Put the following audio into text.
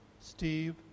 Steve